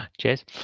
Cheers